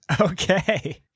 Okay